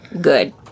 good